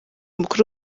mukuru